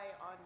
on